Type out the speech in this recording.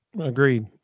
Agreed